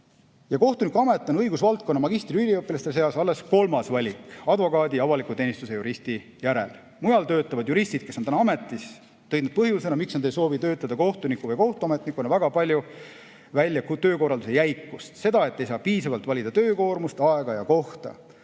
Kohtunikuamet on õigusvaldkonna magistriüliõpilaste seas alles kolmas valik advokaadi ja avaliku teenistuse juristi järel. Mujal töötavad juristid, kes on praegu ametis, tõid põhjusena, miks nad ei soovi töötada kohtuniku või kohtuametnikuna, väga palju välja töökorralduse jäikust – seda, et ei saa piisavalt valida töökoormust, ‑aega ja ‑kohta